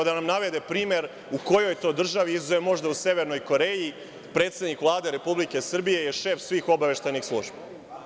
Neka nam navede primer u kojoj to državi, izuzev možda u Severnoj Koreji, predsednik Vlade Republike Srbije je šef svih obaveštajnih službi?